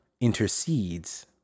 intercedes